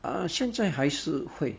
uh 现在还是会